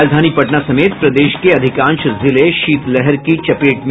राजधानी पटना समेत प्रदेश के अधिकांश जिले शीतलहर की चपेट में